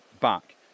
back